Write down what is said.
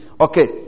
Okay